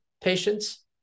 patients